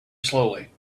slowly